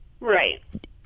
Right